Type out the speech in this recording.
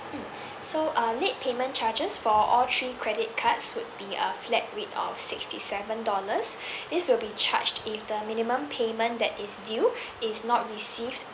mm so uh late payment charges for all three credit cards would be a flat rate of sixty seven dollars this will be charged if the minimum payment that is due is not received